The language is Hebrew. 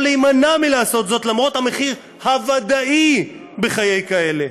או להימנע מלעשות זאת למרות המחיר הוודאי בחיי כאלה?